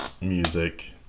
music